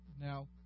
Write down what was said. Now